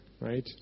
right